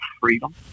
freedom